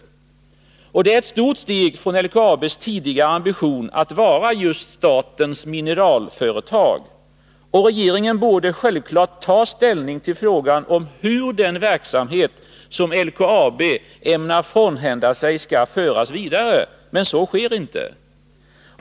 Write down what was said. Det är ett stort steg från LKAB:s tidigare ambition att vara just statens mineralföretag. Och regeringen borde självfallet ta ställning till frågan om hur den verksamhet som LKAB ämnar frånhända sig skall föras vidare. Men så sker inte.